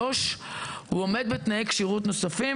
(3)הוא עומד בתנאי כשירות נוספים,